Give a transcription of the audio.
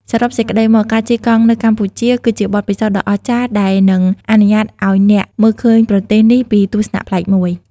សរុបសេចក្ដីមក ការជិះកង់នៅកម្ពុជា គឺជាបទពិសោធន៍ដ៏អស្ចារ្យដែលនឹងអនុញ្ញាតឱ្យអ្នកមើលឃើញប្រទេសនេះពីទស្សនៈប្លែកមួយ។